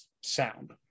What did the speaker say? sound